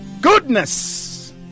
goodness